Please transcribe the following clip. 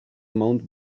mount